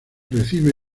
recibe